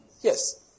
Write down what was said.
Yes